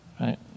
Right